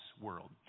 world